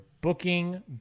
Booking